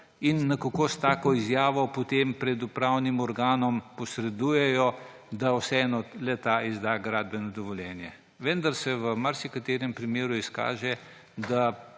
in nekako s tako izjavo potem pred upravnim organom posredujejo, da vseeno le-ta izda gradbeno dovoljenje. Vendar se v marsikaterem primeru izkaže, da